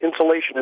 insulation